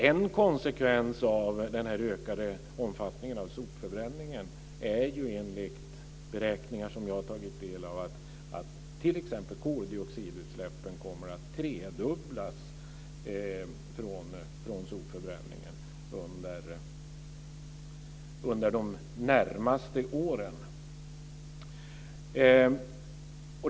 En konsekvens av den ökade omfattningen av sopförbränningen är ju, enligt beräkningar som jag har tagit del av, att t.ex. koldioxidutsläppen kommer att tredubblas från sopbränningen under de närmaste åren.